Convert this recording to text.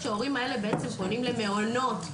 כשההורים האלה פונים למעונות,